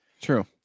true